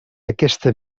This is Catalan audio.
aquesta